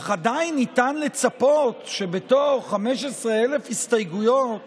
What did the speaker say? אך עדיין ניתן לצפות שבתוך 15,000 הסתייגויות